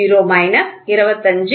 L L